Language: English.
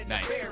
Nice